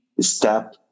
step